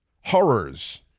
horrors